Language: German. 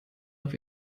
auf